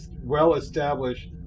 well-established